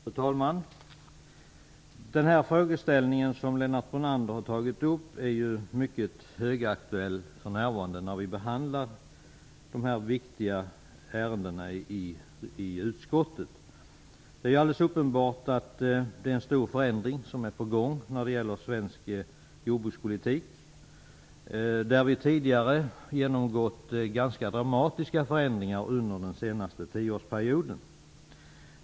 Fru talman! Den frågeställning som Lennart Brunander har tagit upp är mycket högaktuell för närvarande, när vi behandlar de här viktiga ärendena i utskottet. Det är alldeles uppenbart att en stor förändring är på gång inom svensk jordbrukspolitik, som tidigare har genomgått ganska dramatiska förändringar under den senaste tioårsperioden.